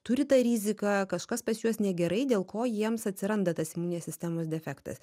turi tą riziką kažkas pas juos negerai dėl ko jiems atsiranda tas imuninės sistemos defektas